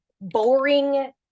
boring